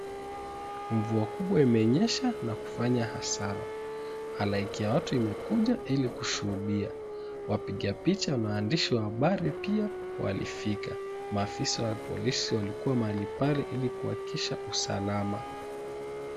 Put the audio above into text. Mvua kubwa imenyesha na kufanya hasara, halaiki ya watu imekuja ili kushuhudia wapiga picha na waandishi wa habari, pia walifika maafisa wa polisi, walikua mahali pale ili kuhakikisha usalama.